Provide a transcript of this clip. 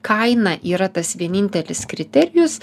kaina yra tas vienintelis kriterijus